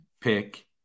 pick